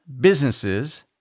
businesses